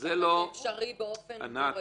שם זה אפשרי באופן גורף.